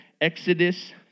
Exodus